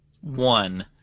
one